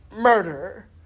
murder